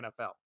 nfl